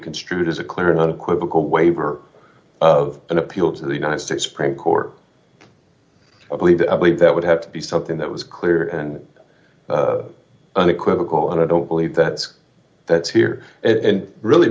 construed as a clear and unequivocal waiver of an appeal to the united states supreme court i believe that i believe that would have to be something that was clear and unequivocal and i don't believe that that's here and really